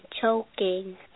choking